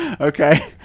Okay